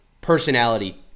personality